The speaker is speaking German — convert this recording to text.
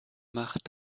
macht